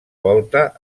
volta